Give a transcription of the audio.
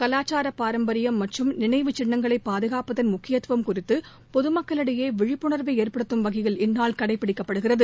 கலாச்சாரபாரம்பரியம் மற்றும் நினைவுச் சின்னங்களைபாதுகாப்பதன் முக்கியத்கவம் குறித்துபொதுமக்களிடையேவிழிப்புணர்வைஏற்படுத்தும் வகையில் இந்நாள் கடைபிடிக்கப்படுகிறது